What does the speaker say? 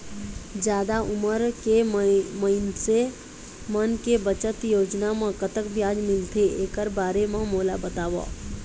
जादा उमर के मइनसे मन के बचत योजना म कतक ब्याज मिलथे एकर बारे म मोला बताव?